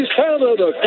canada